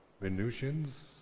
Venusians